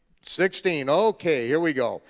sixteen, okay, here we go.